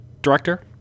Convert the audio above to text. director